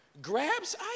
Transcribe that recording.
grabs